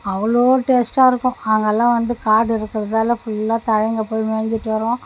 அவ்வளோ டேஸ்ட்டாக இருக்கும் அங்கே எல்லாம் வந்துகாடு இருக்கறதால ஃபுல்லாக தலைங்க போய் மேஞ்சுட்டு வரும்